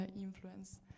influence